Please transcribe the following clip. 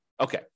Okay